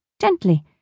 gently